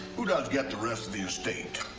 who does get the rest of the estate?